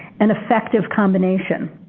an effective combination.